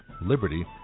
liberty